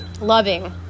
loving